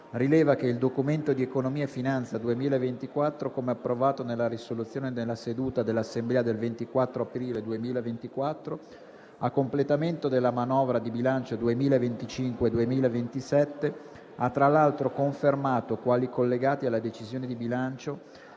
rileva che il Documento di economia e finanza 2024, come approvato nella risoluzione nella seduta dell'Assemblea del 24 aprile 2024, a completamento della manovra di bilancio 2025-2027, ha tra l'altro confermato quali collegati alla decisione di bilancio